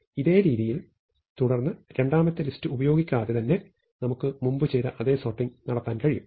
ഇതേ രീതിയിൽ തുടർന്ന് രണ്ടാമത്തെ ലിസ്റ്റ് ഉപയോഗിക്കാതെ തന്നെ നമുക്ക് മുമ്പ് ചെയ്ത അതേ സോർട്ടിങ് നടത്താൻ കഴിയും